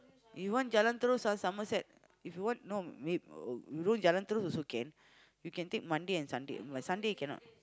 you want jalan terus or Somerset if you want no may~ you go jalan terus also can you can take Monday and Sunday but Sunday cannot